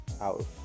out